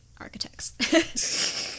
architects